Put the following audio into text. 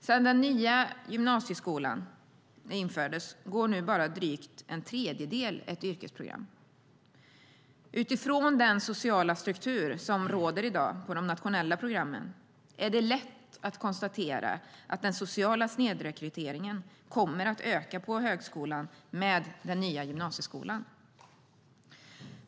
Sedan den nya gymnasieskolan införts går nu bara drygt en tredjedel ett yrkesprogram. Utifrån den sociala struktur som råder i dag på de nationella programmen är det lätt att konstatera att den sociala snedrekryteringen kommer att öka på högskolan med den nya gymnasieskolan.